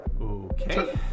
Okay